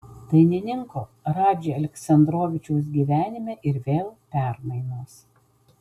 dainininko radži aleksandrovičiaus gyvenime ir vėl permainos